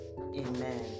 Amen